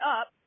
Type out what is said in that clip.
up